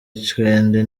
icwende